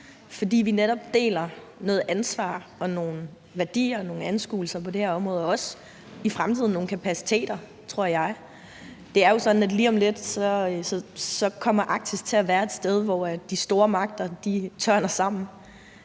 fordi vi netop deler noget ansvar, nogle værdier og nogle anskuelser på det her område og også, tror jeg, i fremtiden nogle kapaciteter? Det er jo sådan, at Arktis lige om lidt kommer til at være et sted, hvor de store magter tørner sammen,